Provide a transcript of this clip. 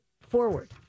forward